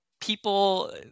People